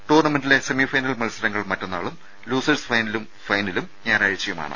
ടൂർണമെന്റിലെ സെമിഫൈനൽ മത്സരങ്ങൾ മറ്റന്നാളും ലൂസേഴ്സ് ഫൈനലും ഞായറാഴ്ചയു മാണ്